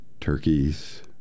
turkeys